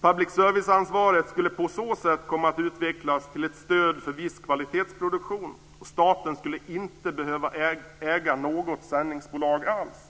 Public service-ansvaret skulle på så sätt komma att utvecklas till ett stöd för viss kvalitetsproduktion, och staten skulle inte behöva äga något sändningsbolag alls.